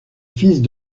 fils